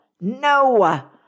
no